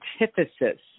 antithesis